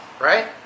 Right